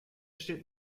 steht